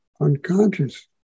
unconscious